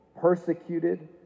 Persecuted